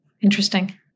Interesting